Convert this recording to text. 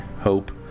Hope